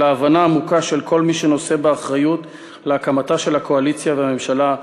אלא הבנה עמוקה של כל מי שנושא באחריות להקמתה של הקואליציה והממשלה,